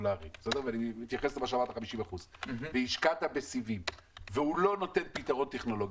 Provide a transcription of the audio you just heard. הסלולרי והשקעת בסיבים והוא לא נותן פתרון טכנולוגי,